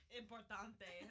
importante